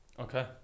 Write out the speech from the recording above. Okay